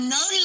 no